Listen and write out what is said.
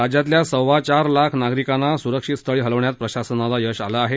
राज्यातल्या सव्वा चार लाख नागरिकांना सुरक्षितस्थळी हलवण्यात प्रशासनाला यश आलं आहे